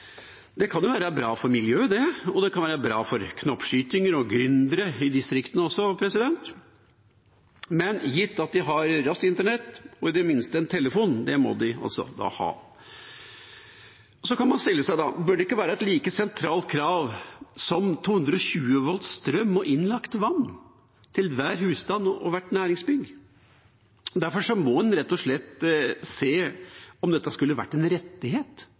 Det kan være bra for miljøet, og det kan også være bra for knoppskytinger og gründere i distriktene. Men raskt internett og i det minste en telefon, det må de altså ha. Så kan man stille seg spørsmålet: Bør det ikke være et like sentralt krav som 220 volts strøm og innlagt vann til hver husstand og hvert næringsbygg? Derfor må man se om dette rett og slett skulle ha vært en rettighet